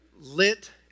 lit